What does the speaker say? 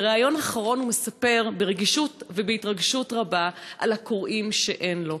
הוא מספר ברגישות ובהתרגשות רבה על הקוראים שאין לו.